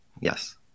yes